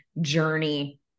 journey